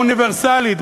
האוניברסלית,